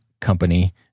company